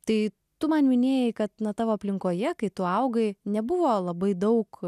tai tu man minėjai kad na tavo aplinkoje kai tu augai nebuvo labai daug